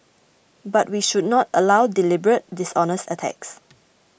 but we should not allow deliberate dishonest attacks